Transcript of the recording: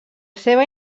seva